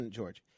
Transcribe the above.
George